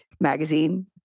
magazine